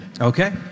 Okay